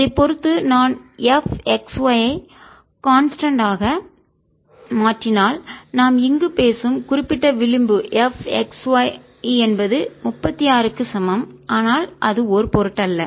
இதைப் பொறுத்து நான் f x y ஐ கான்ஸ்டன்ட் நிலையானதாக ஆக மாற்றினால் நாம் இங்கு பேசும் குறிப்பிட்ட விளிம்பு fxyஎன்பது 36 க்கு சமம் ஆனால் அது ஒரு பொருட்டல்ல